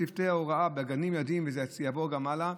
צוותי הוראה בגני ילדים, וזה יעבור גם הלאה,